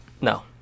No